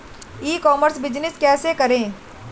ई commerce business कैसे करें?